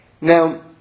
Now